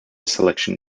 selection